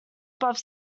above